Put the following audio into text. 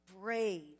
brave